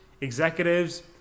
executives